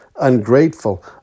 ungrateful